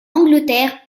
angleterre